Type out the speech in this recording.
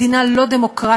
מדינה לא דמוקרטית,